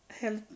help